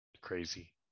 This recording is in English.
crazy